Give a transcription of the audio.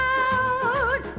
out